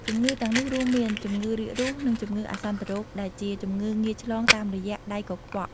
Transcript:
ជំងឺទាំងនោះរួមមាន ជំងឺរាគរូស និងជំងឺអាសន្នរោគ ដែលជាជំងឺងាយឆ្លងតាមរយៈដៃកខ្វក់។